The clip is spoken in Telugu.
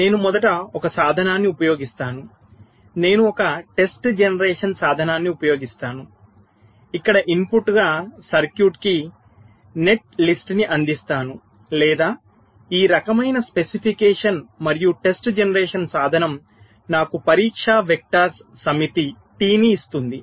నేను మొదట ఒక సాధనాన్ని ఉపయోగిస్తాను నేను ఒక టెస్ట్ జనరేషన్ సాధనాన్ని ఉపయోగిస్తాను ఇక్కడ ఇన్పుట్ గా సర్క్యూట్ కి నెట్ లిస్ట్ ని అందిస్తాను లేదా ఈ రకమైన స్పెసిఫికేషన్ మరియు టెస్ట్ జనరేషన్ సాధనం నాకు పరీక్ష వెక్టర్స్ సమితి T ని ఇస్తుంది